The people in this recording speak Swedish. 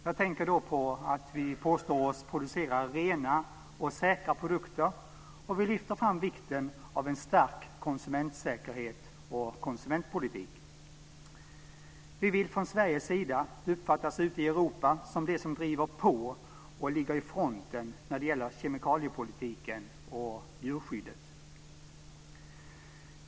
Jag tänker då på att vi påstår oss producera rena och säkra produkter, och vi lyfter fram vikten av en stark konsumentsäkerhet och konsumentpolitik. Vi vill från Sveriges sida uppfattas ute i Europa som de som driver på och ligger i fronten när det gäller kemikaliepolitiken och djurskyddet.